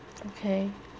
okay